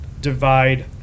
divide